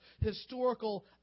historical